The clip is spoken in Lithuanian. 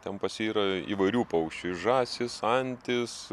ten pas jį yra įvairių paukščių žąsys antys